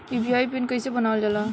UPI pin कइसे बनावल जाला?